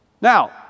Now